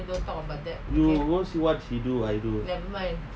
you won't see what she do I do